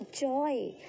joy